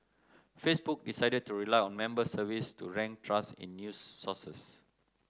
Facebook decided to rely on member surveys to rank trust in news sources